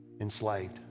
enslaved